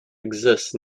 exist